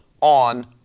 on